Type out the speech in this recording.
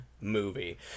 movie